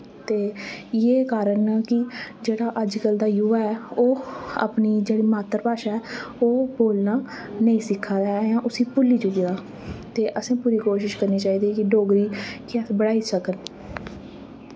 ते इयै कारण न कि जेह्ड़ा अजकल्ल दा युवा ऐ ओह् अपनी जेह्ड़ी मात्तर भाशा ऐ ओह् बोलना नेईं सिक्खा दा ऐ यां उस्सी भुल्ली चुके दा ते असैं पूरी कोशिश करनी चाहिदी कि डोगरी कि अस बड़ाई सकन